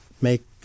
make